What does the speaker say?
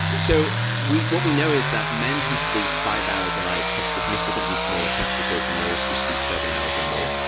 so what we know is that men who sleep five hours a night have significantly smaller testicles than those who sleep seven hours or more.